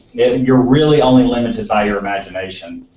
and and you're really only limited by your imagination.